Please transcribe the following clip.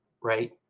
right